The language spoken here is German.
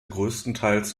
großteils